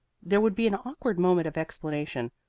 there would be an awkward moment of explanation,